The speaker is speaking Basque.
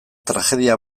tragedia